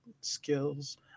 skills